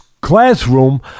classroom